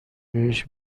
بهش